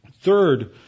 Third